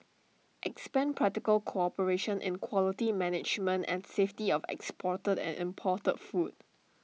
expand practical cooperation in quality management and safety of exported and imported food